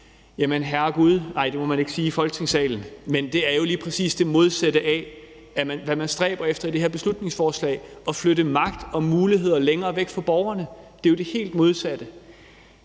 Jamen herregud – nej, det må man ikke sige i Folketingssalen – det er jo lige præcis det modsatte af, hvad man stræber efter i det her beslutningsforslag; at flytte magt og muligheder længere væk fra borgerne er jo det helt modsatte.